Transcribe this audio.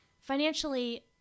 financially